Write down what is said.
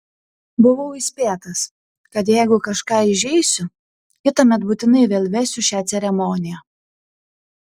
buvau įspėtas kad jeigu kažką įžeisiu kitąmet būtinai vėl vesiu šią ceremoniją